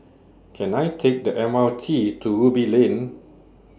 Can I Take The M R T to Ruby Lane